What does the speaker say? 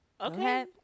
Okay